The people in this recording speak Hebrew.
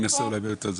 --- אני רוצה למקד.